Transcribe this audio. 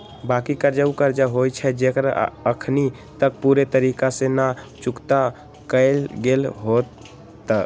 बाँकी कर्जा उ कर्जा होइ छइ जेकरा अखनी तक पूरे तरिका से न चुक्ता कएल गेल होइत